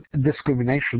discrimination